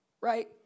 right